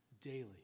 daily